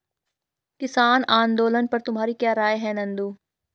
किसान आंदोलन पर तुम्हारी क्या राय है नंदू?